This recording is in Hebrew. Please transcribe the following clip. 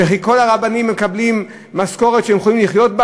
וכי כל הרבנים מקבלים משכורת שהם יכולים לחיות ממנה?